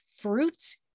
fruits